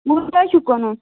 وٕ کَتہِ چھُ کٕنُن